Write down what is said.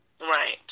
Right